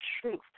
truth